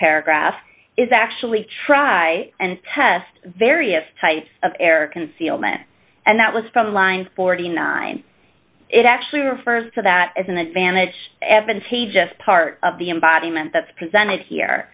paragraph is actually try and test various types of air concealment and that was from line forty nine it actually refers to that as an advantage advantageous part of the embodiment that's presented here